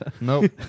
Nope